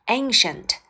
ancient